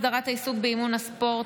הסדרת העיסוק באימון ספורט),